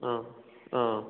ꯑꯥ ꯑꯥ